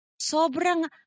Sobrang